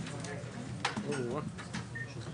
בסוגיה הקודמת.